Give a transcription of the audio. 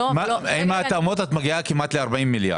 יותר מ-30,